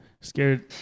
Scared